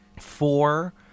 Four